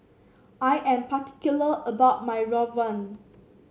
I am particular about my rawon